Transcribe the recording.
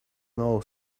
know